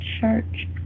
church